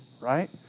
right